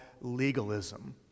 legalism